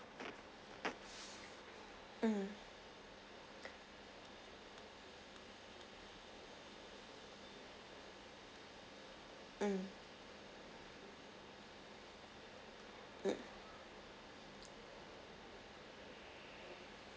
mm mm mm